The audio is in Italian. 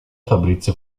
fabrizio